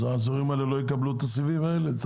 האזורים האלה לא יקבלו את הסיבים האלה?